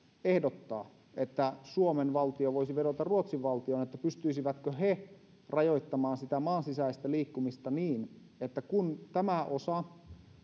ehdottaa että suomen valtio voisi vedota ruotsin valtioon että pystyisivätkö he rajoittamaan sitä maan sisäistä liikkumista niin että kun tämä osa